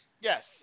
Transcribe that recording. Yes